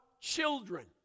children